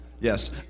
Yes